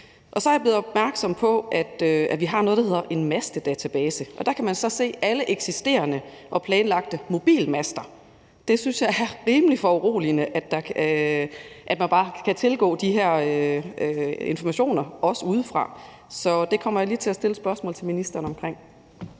så er jeg blevet opmærksom på, at vi har noget, der hedder en mastedatabase, hvor man kan se alle eksisterende og planlagte mobilmaster. Det synes jeg er rimelig foruroligende, altså at man bare kan tilgå de her informationer også udefra. Så det kommer jeg lige til at stille et spørgsmål til ministeren om.